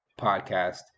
podcast